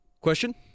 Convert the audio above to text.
Question